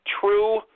true